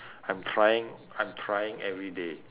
I'm trying I'm trying every day